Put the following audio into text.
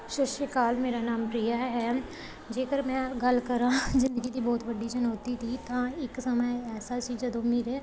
ਸਤਿ ਸ਼੍ਰੀ ਅਕਾਲ ਮੇਰਾ ਨਾਮ ਪ੍ਰਿਆ ਹੈ ਜੇਕਰ ਮੈਂ ਗੱਲ ਕਰਾਂ ਜ਼ਿੰਦਗੀ ਦੀ ਬਹੁਤ ਵੱਡੀ ਚੁਣੌਤੀ ਦੀ ਤਾਂ ਇੱਕ ਸਮਾਂ ਐਸਾ ਸੀ ਜਦੋਂ ਮੇਰੇ